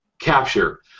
capture